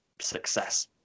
success